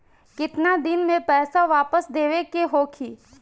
केतना दिन में पैसा वापस देवे के होखी?